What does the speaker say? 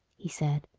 he said,